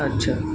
আচ্ছা